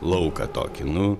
lauką tokį nu